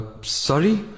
sorry